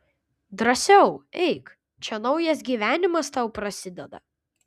drąsiau eik čia naujas gyvenimas tau prasideda